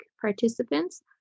participants